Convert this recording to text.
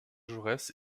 jaurès